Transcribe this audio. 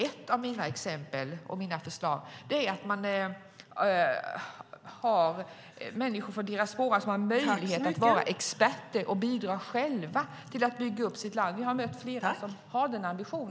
Ett av mina exempel och mina förslag går ut på att man har människor från diasporan som har möjlighet att vara experter och bidra själva till att bygga upp sitt land. Vi har mött flera som har denna ambition.